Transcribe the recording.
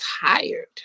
tired